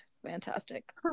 Fantastic